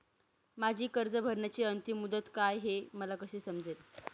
माझी कर्ज भरण्याची अंतिम मुदत काय, हे मला कसे समजेल?